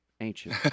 ancient